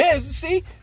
see